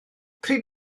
pryd